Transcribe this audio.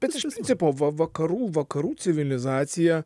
bet iš principo va vakarų vakarų civilizacija